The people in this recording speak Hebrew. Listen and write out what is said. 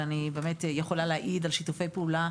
ואני באמת יכולה להעיד על שיתופי פעולה